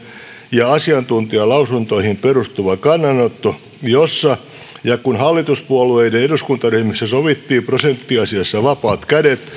ja asiantuntijalausuntoihin perustuva kannanotto jossa kun hallituspuolueiden eduskuntaryhmissä sovittiin prosenttiasiassa vapaat kädet